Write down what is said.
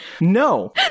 No